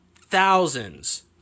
thousands